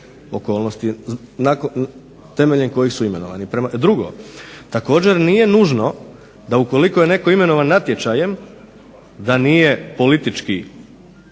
dužnosti temeljem kojih su imenovani. Drugo, također nije nužno da ukoliko je netko imenovan natječajem da nije politički